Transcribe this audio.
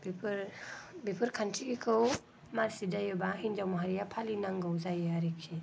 बेफोर खान्थिखौ मार्सिक जायोब्ला हिनजाव माहारिआ फालिनांगौ जायो आरोखि